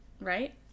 Right